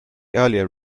earlier